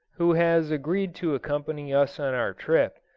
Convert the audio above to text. who has agreed to accompany us on our trip,